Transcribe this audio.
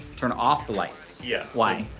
turn off the lights. yeah. why?